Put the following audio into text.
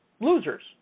losers